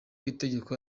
itegeko